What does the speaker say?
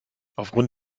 aufgrund